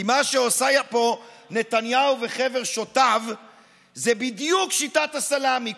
כי מה שעושים פה נתניהו וחבר שוטיו זה בדיוק שיטת הסלאמי,